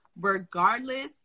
regardless